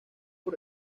por